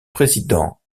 président